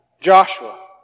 Joshua